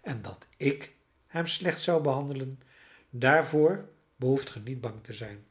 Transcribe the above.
en dat ik hem slecht zou behandelen daarvoor behoeft ge niet bang te zijn